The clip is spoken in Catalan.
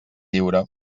lliure